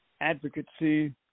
Advocacy